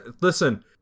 listen